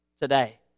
today